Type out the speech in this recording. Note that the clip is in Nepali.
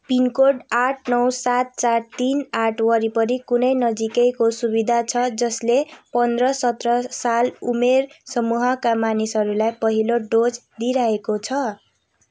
पिनकोड आठ नौ सात चार तिन आठ वरिपरि कुनै नजिकैको सुविधा छ जसले पन्ध्र सत्र साल उमेर समूहका मानिसहरूलाई पहिलो डोज दिइरहेको छ